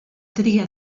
tria